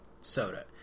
soda